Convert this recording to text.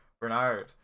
Bernard